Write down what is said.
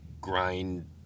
grind